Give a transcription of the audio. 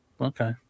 Okay